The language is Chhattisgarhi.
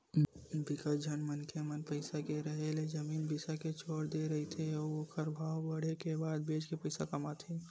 बिकट झन मनखे मन पइसा के रेहे ले जमीन बिसा के छोड़ दे रहिथे अउ ओखर भाव बाड़हे के बाद बेच के पइसा कमाथे